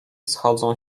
schodzą